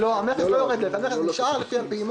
המכס לא יורד לאפס, המכס נשאר עם הפעימות.